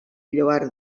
lloar